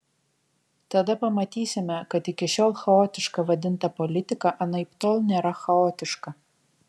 tada pamatysime kad iki šiol chaotiška vadinta politika anaiptol nėra chaotiška